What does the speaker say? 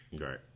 Right